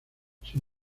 sin